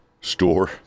store